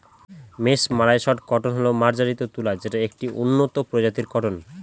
mesmerised cotton হল মার্জারিত তুলা যেটা একটি উন্নত প্রজাতির কটন